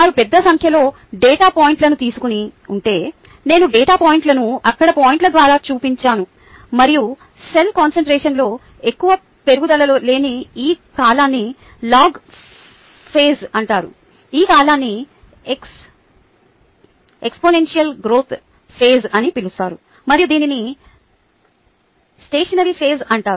వారు పెద్ద సంఖ్యలో డేటా పాయింట్లను తీసుకుని ఉంటే నేను డేటా పాయింట్లను అక్కడ పాయింట్ల ద్వారా చూపించాను మరియు సెల్ కాన్సంట్రేషన్లో ఎక్కువ పెరుగుదల లేని ఈ కాలాన్ని లాగ్ ఫేజ్ అంటారు ఈ కాలాన్ని ఎక్స్పోనెన్షియల్ గ్రోత్ ఫేజ్ అని పిలుస్తారు మరియు దీనిని స్టేషనరీ ఫేజ్ అంటారు